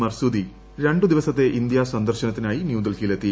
Marsudi രു ദിവസത്തെ India സന്ദർശനത്തിനായി ന്യൂഡൽഹിയിലെത്തി